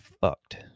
fucked